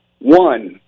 one